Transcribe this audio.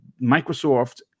Microsoft